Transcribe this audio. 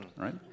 right